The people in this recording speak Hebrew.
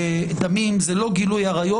זה לא גילוי עריות,